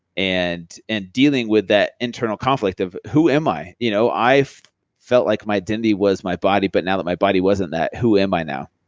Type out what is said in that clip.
and and dealing with that internal conflict of who am i. you know i felt like my identity was my body but now that my body wasn't that who am i now.